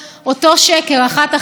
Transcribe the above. שלא חזר על השקר הזה,